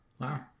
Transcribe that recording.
wow